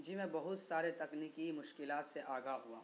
جی میں بہت سارے تکنیکی مشکلات سے آگاہ ہوا ہوں